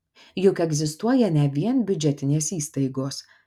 juk egzistuoja ne vien biudžetinės įstaigos